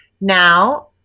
now